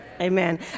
Amen